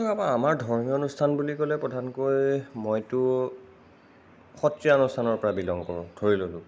আমাৰ ধৰ্মীয় অনুস্থান বুলি ক'লে প্ৰধানকৈ মইতো সত্ৰীয়া অনুষ্ঠানৰ পৰা বিলং কৰোঁ ধৰি ল'লোঁ